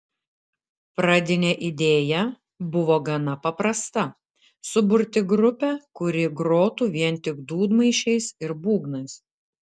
pradinė idėja buvo gana paprasta suburti grupę kuri grotų vien tik dūdmaišiais ir būgnais